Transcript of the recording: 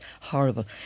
horrible